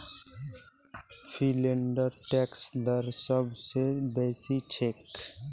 फिनलैंडेर टैक्स दर सब स बेसी छेक